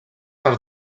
per